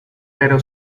pero